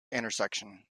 intersection